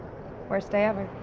worst day ever.